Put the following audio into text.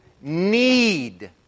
need